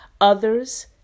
others